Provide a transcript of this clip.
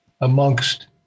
amongst